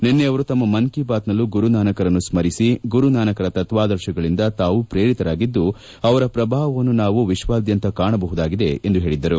ನಿನ್ನೆ ಅವರು ತಮ್ಮ ಮನ್ ಕಿ ಬಾತ್ನಲ್ಲೂ ಗುರುನಾನಕರನ್ನು ಸ್ಟರಿಸಿ ಗುರು ನಾನಕರ ತತ್ವಾದರ್ಶಗಳಿಂದ ತಾವು ಪ್ರೇರಿತರಾಗಿದ್ದು ಅವರ ಪ್ರಭಾವವನ್ನು ನಾವು ವಿಶ್ವಾದ್ಯಂತ ಕಾಣಬಹುದಾಗಿದೆ ಎಂದು ಹೇಳಿದ್ದರು